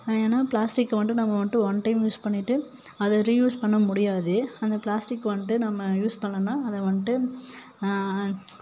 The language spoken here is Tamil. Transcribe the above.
ஏனால் பிளாஸ்டிக் வன்ட்டு நம்ம வன்ட்டு ஒன் டைம் யூஸ் பண்ணிட்டு அதை ரீயூஸ் பண்ணமுடியாது அந்த பிளாஸ்டிக் வன்ட்டு நம்ம யூஸ் பண்ணலைனா அதை வன்ட்டு